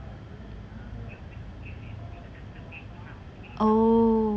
oh